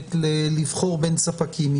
יכולת לבחור בין ספקים.